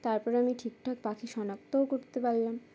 তারপরে আমি ঠিকঠাক পাখি শনাক্তও করতে পারলাম